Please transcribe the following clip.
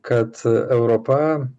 kad europa